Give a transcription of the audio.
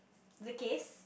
the case